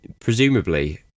presumably